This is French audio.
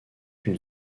une